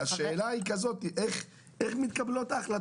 השאלה היא איך מתקבלות ההחלטות שלכם.